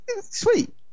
sweet